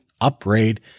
upgrade